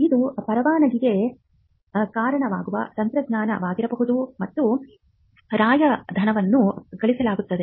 ಇದು ಪರವಾನಗಿಗೆ ಕಾರಣವಾಗುವ ತಂತ್ರಜ್ಞಾನವಾಗಿರಬಹುದು ಮತ್ತು ರಾಯಧನವನ್ನು ಗಳಿಸಲಾಗುತ್ತದೆ